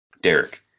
Derek